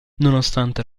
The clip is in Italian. nonostante